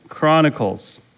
Chronicles